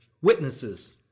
witnesses